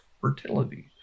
fertility